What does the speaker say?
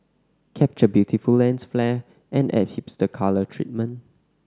capture beautiful lens flare and add hipster colour treatment